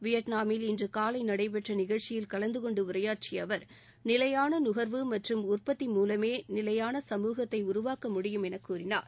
வியட்நாமில் இன்று காலை நடைபெற்ற நிகழ்ச்சியில் கலந்துகொண்டு உரையாற்றிய அவர் நிலையான நுகர்வு மற்றும் உற்பத்தி மூலமே நிலையான சமூகத்தை உருவாக்க முடியும் என கூறினார்